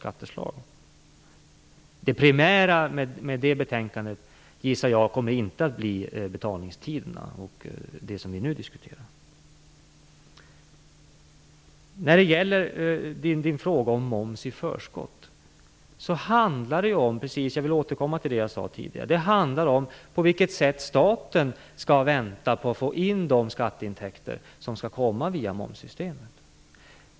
Jag gissar att det primära i det betänkandet inte kommer att bli betalningstiderna och det som vi nu diskuterar. När det gäller frågan om moms i förskott vill jag återknyta det jag sade tidigare. Det handlar om på vilket sätt staten skall vänta på att få in de skatteintäkter som skall komma via momssystemet.